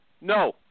No